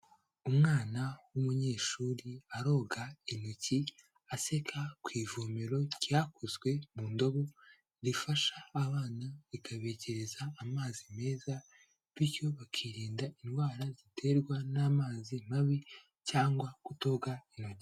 Umwana w'umunyeshuri aroga intoki aseka ku ivomero ryakozwe mu ndobo zifasha abana rikabegereza amazi meza bityo bakirinda indwara ziterwa n'amazi mabi cyangwa kutoga intoki.